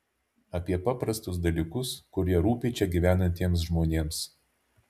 apie paprastus dalykus kurie rūpi čia gyvenantiems žmonėms